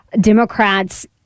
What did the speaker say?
democrats